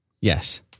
Yes